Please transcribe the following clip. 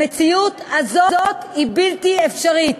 המציאות הזאת היא בלתי אפשרית.